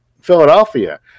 Philadelphia